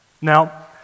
Now